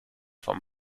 vom